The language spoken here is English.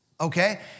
Okay